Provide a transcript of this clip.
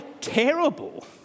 terrible